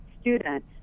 student